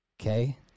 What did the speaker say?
Okay